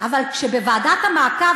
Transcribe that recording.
אבל כשבוועדת המעקב,